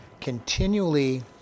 continually